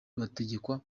bategekwa